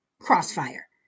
crossfire